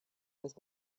with